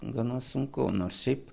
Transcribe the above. gana sunku nors šiaip